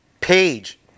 Page